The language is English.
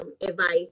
advice